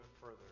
further